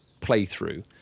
playthrough